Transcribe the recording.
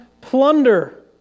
plunder